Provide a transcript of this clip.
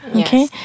okay